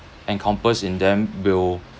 and compass in them will